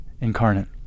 incarnate